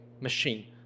machine